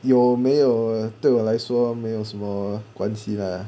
有没有对我来说没有什么关系 lah